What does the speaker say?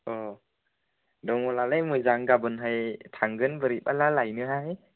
अ दङब्लालाय मोजां गाबोनहाय थांगोन बोरैबाब्ला लायनोहाय